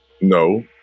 No